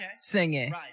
singing